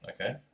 Okay